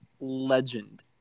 legend